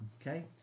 Okay